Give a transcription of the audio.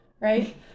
right